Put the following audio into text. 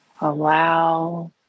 Allow